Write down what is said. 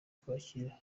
kwakira